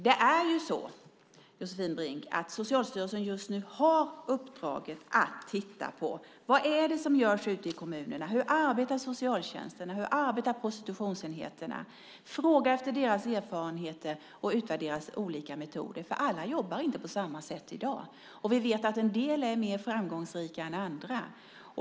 Det är så, Josefin Brink, att Socialstyrelsen just nu har uppdraget att titta på vad som görs ute i kommunerna, hur socialtjänsten arbetar, hur prostitutionsenheterna arbetar och fråga efter deras erfarenheter och utvärdera olika metoder. Alla jobbar nämligen inte på samma sätt i dag, och vi vet att en del är mer framgångsrika än andra.